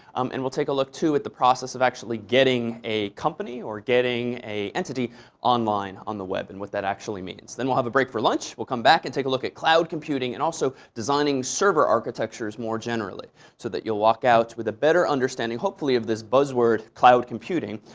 um and we'll take a look to at the process of actually getting a company or getting a entity online on the web, and what that actually means. then we'll have a break for lunch. we'll come back and take a look at cloud computing, and also designing server architectures more generally so that you'll walk out with a better understanding, hopefully, of this buzzword cloud computing,